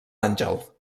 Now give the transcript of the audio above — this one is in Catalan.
àngel